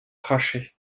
cracher